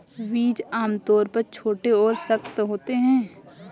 बीज आमतौर पर छोटे और सख्त होते हैं